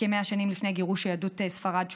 כ-100 שנים לפני גירוש יהדות ספרד,